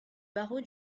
barreau